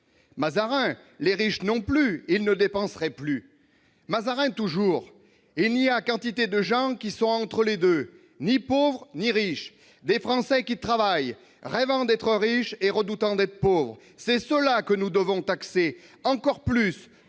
Mazarin. -Les riches, non plus. Ils ne dépenseraient plus. Il y a quantité de gens qui sont entre les deux, ni pauvres ni riches ... Des Français qui travaillent, rêvant d'être riches et redoutant d'être pauvres ! C'est ceux-là que nous devons taxer, encore plus,